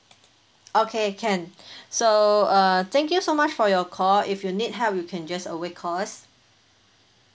okay can so err thank you so much for your call if you need help you can just always call us